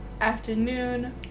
afternoon